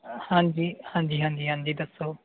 ਹਾਂਜੀ ਹਾਂਜੀ ਹਾਂਜੀ ਹਾਂਜੀ ਦੱਸੋ